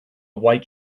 white